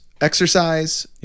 exercise